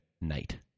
night